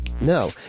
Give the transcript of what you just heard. no